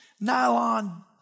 nylon